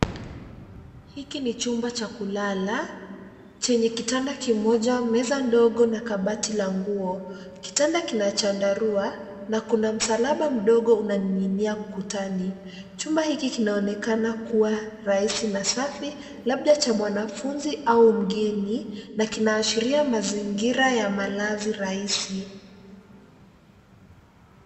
Hiki ni chumba cha kulala , chenye kitanda kimoja , meza ndogo na kabati la nguo, kitanda kina chandarua na kuna msalaba mdogo unaoning'inia ukutani. Chumba hiki kinaonekana kuwa rahisi na safi labda cha mwanafunzi au mgeni na kinaashiria mazingira ya malazi rahisi.